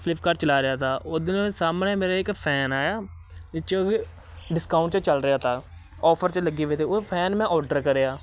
Flipkart ਚਲਾ ਰਿਹਾ ਤਾਂ ਉੱਧਰ ਸਾਹਮਣੇ ਮੇਰੇ ਇੱਕ ਫੈਨ ਆਇਆ ਜਿਹਦੇ 'ਚ ਉਹਦੇ ਡਿਸਕਾਊਂਟ 'ਚ ਚੱਲ ਰਿਹਾ ਤਾਂ ਔਫਰ 'ਚ ਲੱਗੇ ਵੇ ਤੇ ਉਹ ਫੈਨ ਮੈਂ ਔਡਰ ਕਰਿਆ